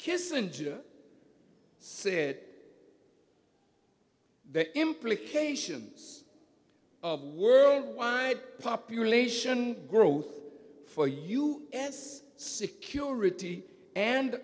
kissinger said the implications of world wide population growth for you security and